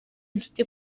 inshuti